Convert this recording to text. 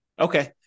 Okay